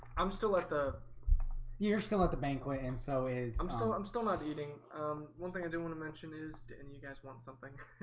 i'm still like the you're still at the banquet, and so is i'm still i'm still not eating um one thing. i do want to mention is and you guys want something?